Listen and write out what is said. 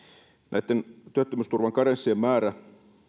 näitten työttömyysturvan karenssien määrä